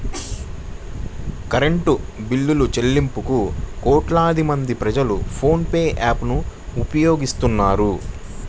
current బిల్లులుచెల్లింపులకు కోట్లాది మంది ప్రజలు ఫోన్ పే యాప్ ను వినియోగిస్తున్నారు